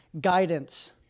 guidance